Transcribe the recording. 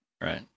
right